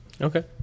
Okay